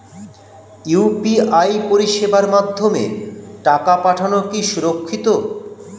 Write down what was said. UPI পরিষেবার মাধ্যমে টাকা পাঠানো কি সুরক্ষিত?